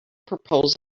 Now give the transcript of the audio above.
propose